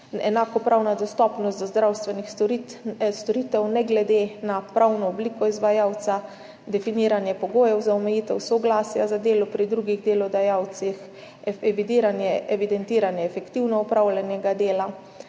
enakopravna dostopnost do zdravstvenih storitev ne glede na pravno obliko izvajalca, definiranje pogojev za omejitev soglasja za delo pri drugih delodajalcih, evidentiranje efektivno opravljenega dela.